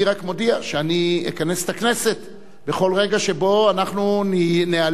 אני רק מודיע שאני אכנס את הכנסת בכל רגע שבו אנחנו ניאלץ